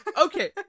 Okay